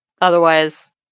otherwise